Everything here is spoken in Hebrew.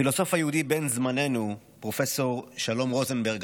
הפילוסוף היהודי בן זמננו פרופ' שלום רוזנברג,